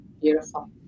Beautiful